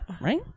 Right